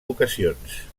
ocasions